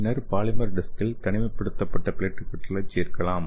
பின்னர் பாலிமர் டிஸ்க்கில் தனிமைப்படுத்தப்பட்ட பிளேட்லெட்டுகளைச் சேர்க்கலாம்